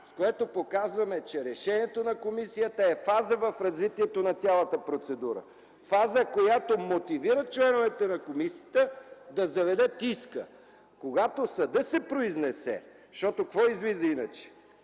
С това показваме, че решението на комисията е фаза в развитието на цялата процедура – фаза, която мотивира членовете на комисията да заведат иска, когато съдът се произнесе! Защото какво излиза иначе?